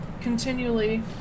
continually